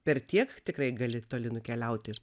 per tiek tikrai gali toli nukeliauti